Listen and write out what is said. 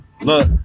Look